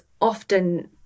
often